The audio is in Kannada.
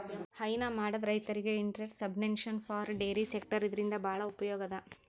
ಹೈನಾ ಮಾಡದ್ ರೈತರಿಗ್ interest subvention for dairy sector ಇದರಿಂದ್ ಭಾಳ್ ಉಪಯೋಗ್ ಅದಾ